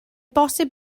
bosib